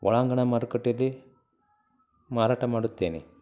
ಒಳಾಂಗಣ ಮಾರುಕಟ್ಟೆಯಲ್ಲಿ ಮಾರಾಟ ಮಾಡುತ್ತೇನೆ